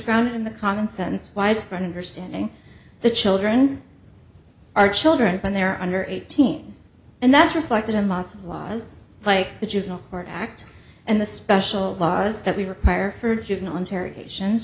in the common sense widespread understanding the children are children when they're under eighteen and that's reflected in lots of laws like the juvenile court act and the special laws that we require for juvenile interrogations